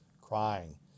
crying